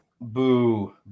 boo